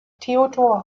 theodor